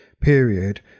period